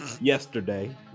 yesterday